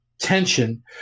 Tension